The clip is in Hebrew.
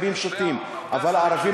הרבה, אבל הרבה,